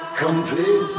complete